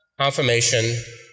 confirmation